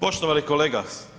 Poštovani kolega.